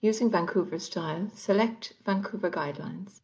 using vancouver style select vancouver guidelines.